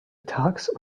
tags